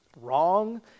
wrong